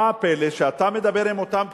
מה הפלא שאתה מדבר עם אותם פקידים,